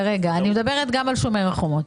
אני מדברת גם על שומר החומות.